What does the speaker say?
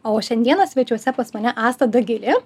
o šiandieną svečiuose pas mane asta dagilė